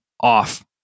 off